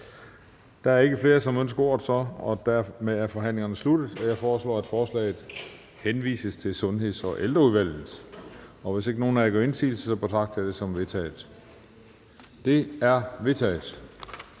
Der er altså ikke flere, som ønsker ordet. Dermed er forhandlingen sluttet. Jeg foreslår, at forslaget henvises til Sundheds- og Ældreudvalget. Og hvis ingen gør indsigelse, betragter jeg det som vedtaget. Det er vedtaget.